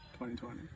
2020